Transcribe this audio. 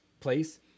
place